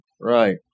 Right